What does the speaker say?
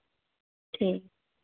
ठीक